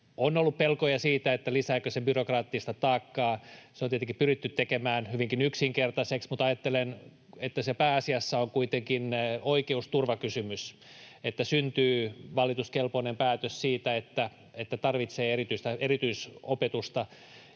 on ollut pelkoja siitä, lisääkö se byrokraattista taakkaa. Se on tietenkin pyritty tekemään hyvinkin yksinkertaiseksi, mutta ajattelen, että se pääasiassa on kuitenkin oikeusturvakysymys, että syntyy valituskelpoinen päätös siitä, että tarvitsee erityisopetusta